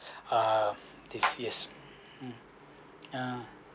ah this yes ah